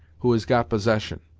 who has got possession,